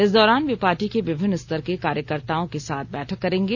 इस दौरान वे पार्टी के विभिन्न स्तर के कार्यकर्ताओं के साथ बैठक करेंगे